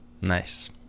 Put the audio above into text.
Nice